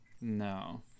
No